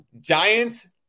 Giants